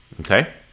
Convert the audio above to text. okay